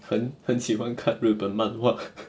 很很喜欢看日本漫画